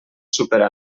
superar